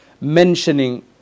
mentioning